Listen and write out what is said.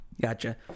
gotcha